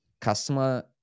customer